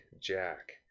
Jack